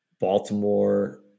Baltimore